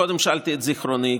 קודם שאלתי את זיכרוני,